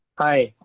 hi,